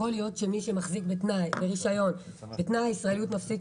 יכול להיות שמי שמחזיק ברישיון ותנאי הישראליות מפסיק